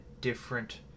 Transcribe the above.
different